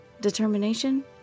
Determination